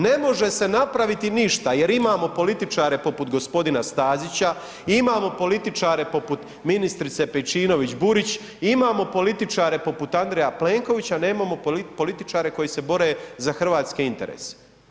Ne može se napraviti ništa jer imamo političare poput g. Stazića i imamo političare poput ministrice Pejčinović-Burić i imamo političare poput Andreja Plenkovića, nemamo političare koji se bore za hrvatske interese.